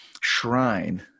shrine